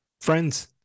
Friends